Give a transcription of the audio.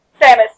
Samus